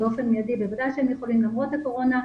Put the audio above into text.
באופן מיידי הם בוודאי יכולים למרות הקורונה,